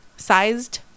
sized